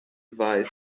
weiß